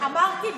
אמרתי,